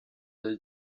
del